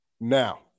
Now